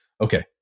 okay